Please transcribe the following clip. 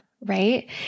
right